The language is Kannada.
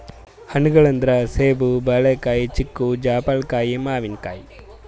ಹಣ್ಣ್ಗೊಳ್ ಅಂದ್ರ ಸೇಬ್, ಬಾಳಿಕಾಯಿ, ಚಿಕ್ಕು, ಜಾಪಳ್ಕಾಯಿ, ಮಾವಿನಕಾಯಿ